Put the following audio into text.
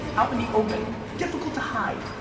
out in the open, difficult to hide.